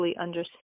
understand